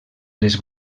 les